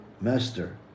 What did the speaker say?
master